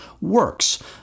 works